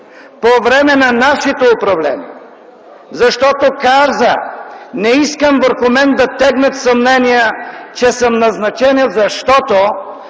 по време на нашето управление. Защото каза: „Не искам върху мен да тегнат съмнения, че съм назначена, защото